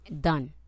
Done